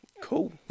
Cool